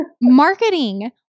marketing